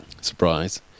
surprise